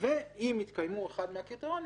ואם יתקיים אחד מהקריטריונים,